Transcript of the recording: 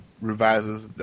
revises